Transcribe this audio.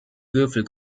würfel